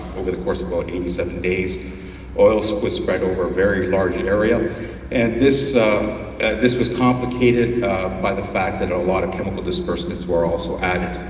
over the course of ah eighty seven days. oil so was spread over a very large area and this this was complicated by the fact that a lot of chemical dispersant as well was so added,